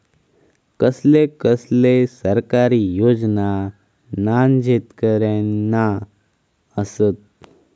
कसले कसले सरकारी योजना न्हान शेतकऱ्यांना आसत?